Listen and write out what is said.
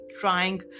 trying